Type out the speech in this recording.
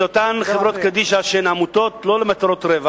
זה אותן חברות קדישא שהן עמותות שלא למטרות רווח,